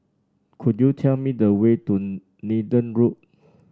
could you tell me the way to Nathan Road